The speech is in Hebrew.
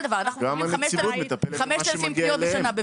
גם נציבות מטפלת במה שמגיעים אליהם.